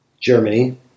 Germany